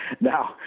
Now